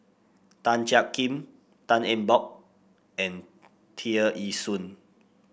Tan Jiak Kim Tan Eng Bock and Tear Ee Soon